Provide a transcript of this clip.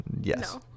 Yes